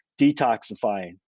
detoxifying